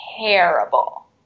terrible